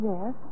Yes